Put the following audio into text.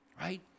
right